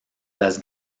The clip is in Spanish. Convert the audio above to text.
las